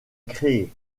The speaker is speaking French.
créés